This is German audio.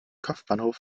kopfbahnhof